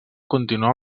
continuar